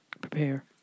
Prepare